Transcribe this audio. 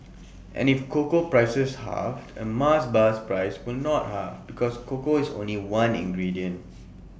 and if cocoa prices halved A Mars bar's price will not halve because cocoa is only one ingredient